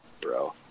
Bro